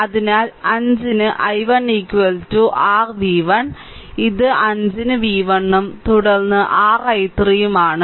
അതിനാൽ 5 ന് i1 r v1 ഇത് 5 ന് v1 ഉം തുടർന്ന് r i3 ഉം ആണ്